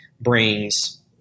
brings